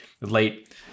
late